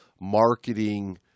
marketing